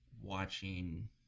watching